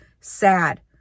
sad